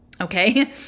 okay